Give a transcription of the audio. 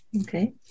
Okay